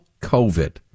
COVID